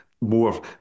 more